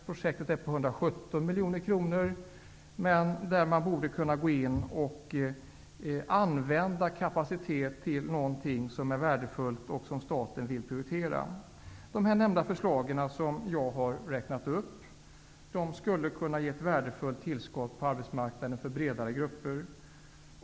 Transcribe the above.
Projektet är på 117 miljoner kronor. Där borde man kunna gå in och använda kapacitet till något som är värdefullt och som staten vill prioritera. De förslag som jag har räknat upp skulle kunna ge ett värdefullt tillskott på arbetsmarknaden för bredare grupper.